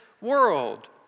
world